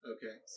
Okay